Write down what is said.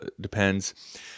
depends